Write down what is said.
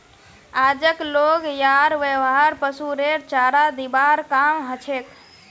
आजक लोग यार व्यवहार पशुरेर चारा दिबार काम हछेक